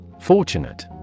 Fortunate